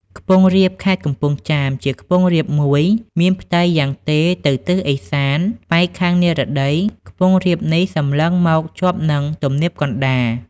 ខ្ពង់រាបខេត្តកំពង់ចាម ជាខ្ពង់រាបមួយមានផ្ទៃយ៉ាងទេរទៅទិសឦសាន ប៉ែកខាងនិរតី ខ្ពង់រាបនេះសម្លឹងមកជាប់នឹង ទំនាបកណ្តាល ។